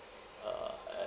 uh and